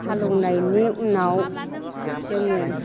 हालएवनायनि उनाव जोङो